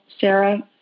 Sarah